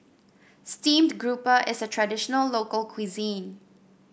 Steamed Grouper is a traditional local cuisine